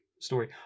story